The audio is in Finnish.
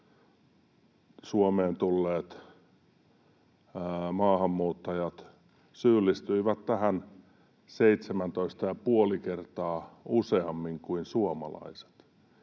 Suomeen tulleet maahanmuuttajat syyllistyivät tähän 17,5 kertaa useammin kuin suomalaiset.